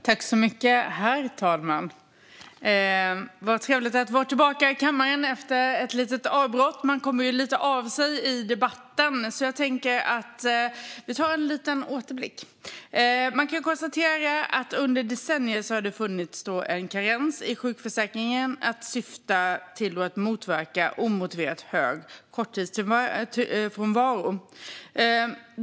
Herr talman! Det är trevligt att vara tillbaka i kammaren efter ett litet avbrott. Man kommer av sig lite i debatten. Jag tänker därför att vi gör en liten återblick. Det har under decennier funnits en karens i sjukförsäkringen i syfte att motverka omotiverat hög korttidsfrånvaro.